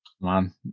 Man